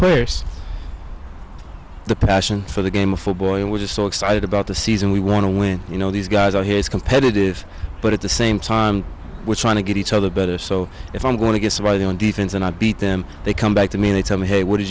players the passion for the game of football and we're just so excited about the season we want to win you know these guys are here it's competitive but at the same time we're trying to get each other better so if i'm going to get somebody on defense and i beat them they come back to me in a time hey what did